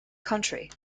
country